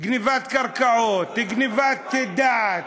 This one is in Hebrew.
גנבת קרקעות, גנבת דעת.